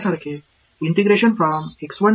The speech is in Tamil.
இல்லை நாங்கள் அதை பொதுவாக விட்டுவிட்டோம்